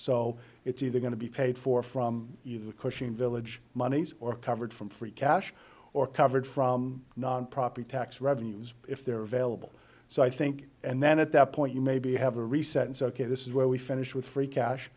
so it's either going to be paid for from cushing village moneys or covered from free cash or covered from property tax revenues if they're available so i think and then at that point you maybe have a reset and so ok this is where we finish with free cash